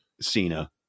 Cena